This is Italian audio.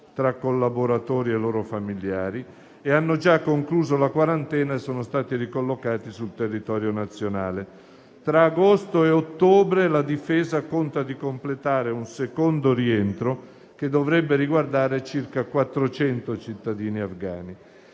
tra collaboratori e loro familiari; hanno già concluso la quarantena e sono stati ricollocati sul territorio nazionale. Tra agosto e ottobre la Difesa conta di completare un secondo rientro che dovrebbe riguardare circa 400 cittadini afghani